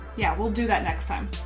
yeah, we'll do that next time.